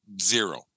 zero